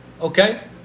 Okay